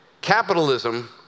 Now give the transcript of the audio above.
Capitalism